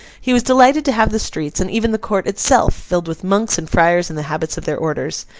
he was delighted to have the streets, and even the court itself, filled with monks and friars in the habits of their orders.